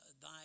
thy